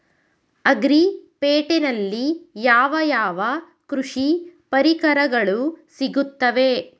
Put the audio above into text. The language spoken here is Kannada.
ಅಗ್ರಿ ಪೇಟೆನಲ್ಲಿ ಯಾವ ಯಾವ ಕೃಷಿ ಪರಿಕರಗಳು ಸಿಗುತ್ತವೆ?